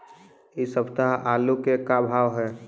इ सप्ताह आलू के का भाव है?